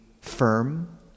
firm